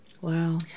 Wow